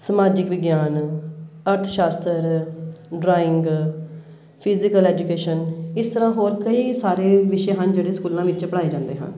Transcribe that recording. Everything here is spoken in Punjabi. ਸਮਾਜਿਕ ਵਿਗਿਆਨ ਅਰਥ ਸ਼ਾਸਤਰ ਡਰਾਇੰਗ ਫਿਜ਼ੀਕਲ ਐਜੂਕੇਸ਼ਨ ਇਸ ਤਰ੍ਹਾਂ ਹੋਰ ਕਈ ਸਾਰੇ ਵਿਸ਼ੇ ਹਨ ਜਿਹੜੇ ਸਕੂਲਾਂ ਵਿੱਚ ਪੜ੍ਹਾਏ ਜਾਂਦੇ ਹਨ